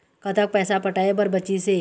कतक पैसा पटाए बर बचीस हे?